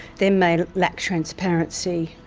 then may lack transparency.